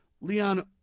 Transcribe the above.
Leon